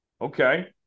Okay